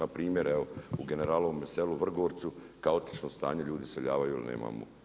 Pa primjer evo u generalovome selu Vrgorcu kaotično stanje, ljudi iseljavaju jer nemamo.